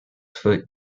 foot